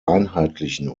einheitlichen